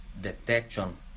detection